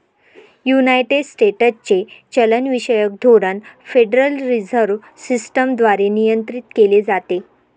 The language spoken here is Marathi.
युनायटेड स्टेट्सचे चलनविषयक धोरण फेडरल रिझर्व्ह सिस्टम द्वारे नियंत्रित केले जाते